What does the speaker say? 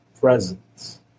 presence